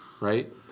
Right